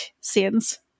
scenes